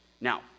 Now